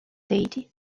deity